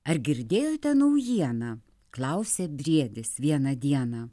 ar girdėjote naujieną klausia briedis vieną dieną